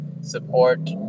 support